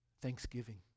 Thanksgiving